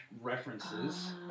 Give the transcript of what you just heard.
references